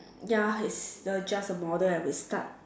ya it's the just the model and we start